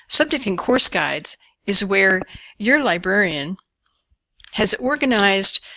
subject and course guides is where your librarian has organized